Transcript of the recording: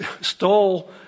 stole